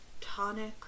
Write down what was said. Tonic